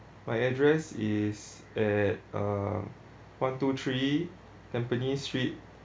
my address is at uh one two three tampines street